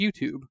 YouTube